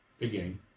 Again